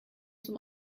zum